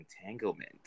entanglement